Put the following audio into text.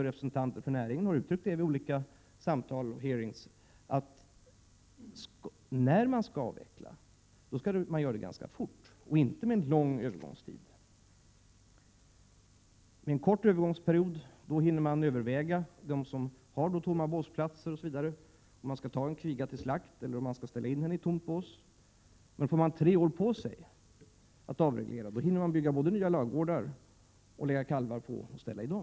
Representanter för näringen har ju tvärtom vid olika samtal och utfrågningar uttalat att en avveckling skall ske ganska fort och inte med en lång övergångstid. Med en kort övergångstid hinner de som har tomma båsplatser etc. överväga om en kviga skall tas till slakt eller ställas in i ett tomt bås. Men om man får tre år på sig att avreglera, hinner man både att bygga nya ladugårdar och lägga på sig nya kalvar att ställa i båsen.